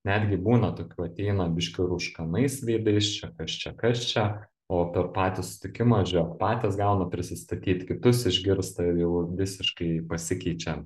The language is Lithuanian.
netgi būna tokių ateina biškį rūškanais veidais čia kas čia kas čia o per patį susitikimą žėk patys gauna prisistatyt kitus išgirsta ir jau visiškai pasikeičia